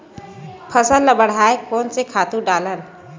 फसल ल बढ़ाय कोन से खातु डालन?